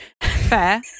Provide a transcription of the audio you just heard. Fair